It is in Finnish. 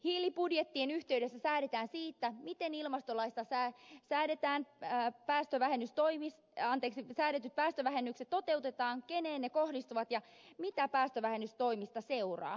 hiilibudjettien yhteydessä säädetään siitä miten ilmastolaista tähän tähdätään vähäpäästövähennystoimia ja ilmastolaissa säädetyt päästövähennykset toteutetaan keneen ne kohdistuvat ja mitä päästövähennystoimista seuraa